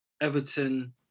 Everton